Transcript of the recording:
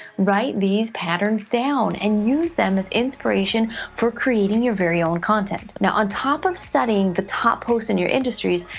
write these patterns down and use them as inspiration for creating your very own content. now, on top of studying the top posts in your industries,